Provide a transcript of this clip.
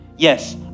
Yes